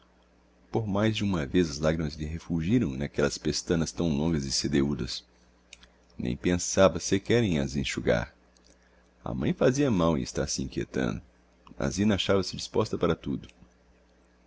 por mais de uma vez as lagrimas lhe refulgiram n'aquellas pestanas tão longas e sedeúdas nem pensava sequer em as enxugar a mãe fazia mal em estar se inquietando a zina achava-se disposta para tudo